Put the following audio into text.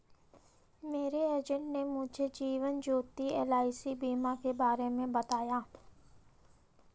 मेरे एजेंट ने मुझे जीवन ज्योति एल.आई.सी बीमा के बारे में बताया